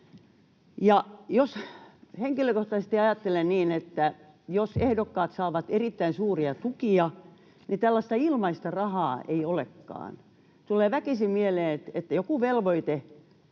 Henkilökohtaisesti ajattelen niin, että jos ehdokkaat saavat erittäin suuria tukia, niin tällaista ilmaista rahaa ei olekaan. Tulee väkisin mieleen, että joku velvoite